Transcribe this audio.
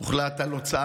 הוחלט על הוצאה